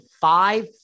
five